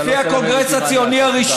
אתה לא תלמד אותי מה לעשות,